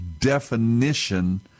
definition